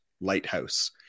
Lighthouse